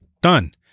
done